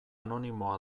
anonimoa